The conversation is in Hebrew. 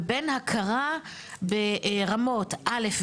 ובין הכרה ברמות א',